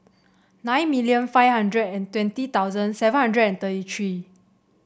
nine million five hundred and twenty thousand seven hundred and thirty three